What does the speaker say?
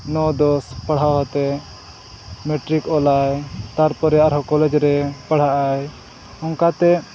ᱱᱚ ᱫᱚᱥ ᱯᱟᱲᱦᱟᱣ ᱟᱛᱮ ᱢᱮᱴᱨᱤᱠ ᱚᱞᱟᱭ ᱛᱟᱨᱯᱚᱨᱮ ᱟᱨᱦᱚᱸ ᱠᱚᱞᱮᱡᱽ ᱨᱮ ᱯᱟᱲᱦᱟᱜ ᱟᱭ ᱚᱱᱠᱟᱛᱮ